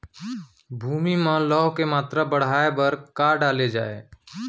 भूमि मा लौह के मात्रा बढ़ाये बर का डाले जाये?